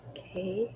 Okay